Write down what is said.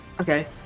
Okay